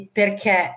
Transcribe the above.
perché